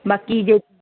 ਬਾਕੀ ਜੇ